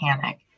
panic